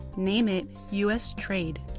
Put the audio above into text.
name it us trade.